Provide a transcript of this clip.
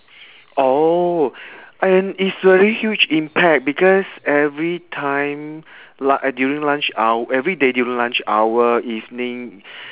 oh and it's very huge impact because everytime lu~ during lunch hou~ everyday during lunch hour evening